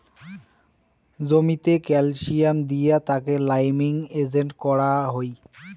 জমিতে ক্যালসিয়াম দিয়া তাকে লাইমিং এজেন্ট করাং হই